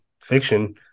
fiction